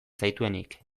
zaituenik